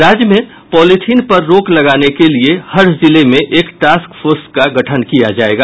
राज्य में पॉलीथिन पर रोक लगाने के लिये हर जिले में एक टास्क फोर्स का गठन किया जायेगा